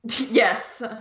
Yes